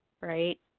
right